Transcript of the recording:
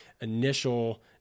initial